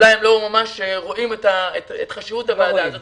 אולי הם לא ממש רואים את חשיבות הוועדה הזאת,